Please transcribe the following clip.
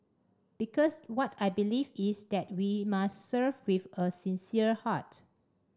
because what I believe is that we must serve with a sincere heart